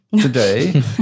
Today